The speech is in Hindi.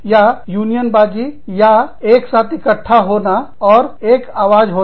या यूनियनबाजी या एक साथ इकट्ठा होना और एक आवाज होना